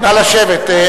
נא לשבת.